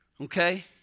okay